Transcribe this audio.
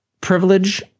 privilege